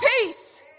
peace